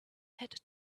had